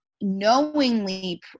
knowingly